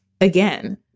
Again